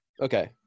Okay